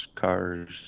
cars